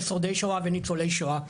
ושורדי שואה וניצולי שואה.